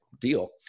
deal